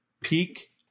peak